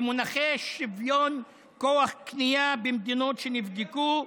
במונחי שוויון כוח קנייה במדינות שנבדקו,